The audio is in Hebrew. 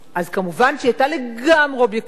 מובן שהיא היתה לגמרי אובייקטיבית,